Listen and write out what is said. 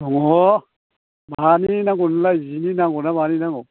दङ मानि नांगौ नोंनोलाय जिनि नांगौना मानि नांगौ